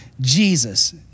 Jesus